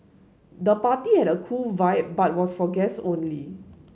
the party had a cool vibe but was for guest only